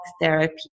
therapy